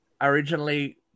originally